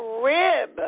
rib